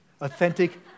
authentic